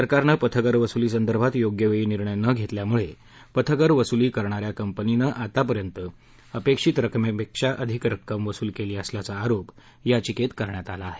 सरकारनं पथकर वसुलीसंदर्भात योग्यवेळी निर्णय न घेतल्यामुळे पथकर वसूली करणाऱ्या कंपनीनं आतापर्यंत अपेक्षित रकमेपेक्षा अधिक रक्कम पथकराच्या रूपानं वसूल केली असल्याचा आरोप याचिकेत करण्यात आला आहे